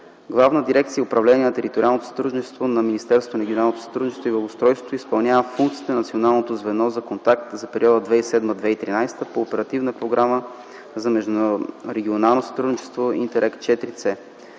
Главна дирекция „Управление на териториалното сътрудничество” на Министерството на регионалното сътрудничество и благоустройството изпълнява функциите на Националното звено за контакт за периода 2007-2013 г. по Оперативна програма за междурегионално сътрудничество „ИНТЕРРЕГ